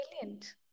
brilliant